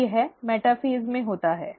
तो यह मेटाफ़ेज़ में होता है